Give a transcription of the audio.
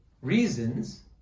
reasons